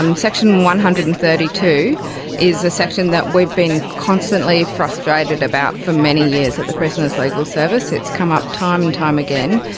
um section one hundred and thirty two is a section that we've been constantly frustrated about for many years at the prisoners' legal service. it's come up time and time again,